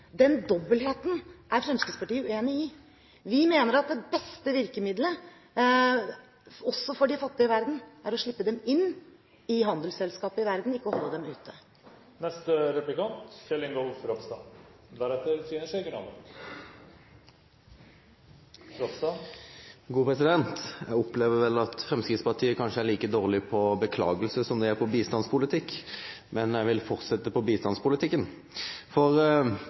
Den hulheten, den dobbeltheten, er Fremskrittspartiet uenig i. Vi mener at det beste virkemidlet også for de fattige i verden er å slippe dem inn i handelsselskapet i verden, ikke holde dem ute. Jeg opplever vel kanskje at Fremskrittspartiet er like dårlig på beklagelse som de er på bistandspolitikk. Men jeg vil fortsette på bistandspolitikken.